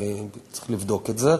אני צריך לבדוק את זה.